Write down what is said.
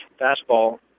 Fastball